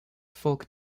folk